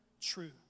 true